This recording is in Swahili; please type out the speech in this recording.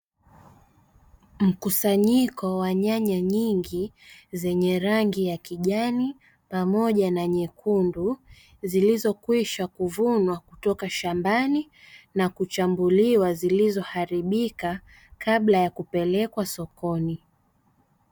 Mkusanyiko wa nyanya nyingi zenye rangi ya kijani pamoja na nyekundu, zilizokwisha kuvunwa kutoka shambani na kuchambuliwa zilizoharibika, kabla ya kupelekwa sokoni.